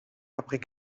après